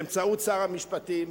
באמצעות שר המשפטים,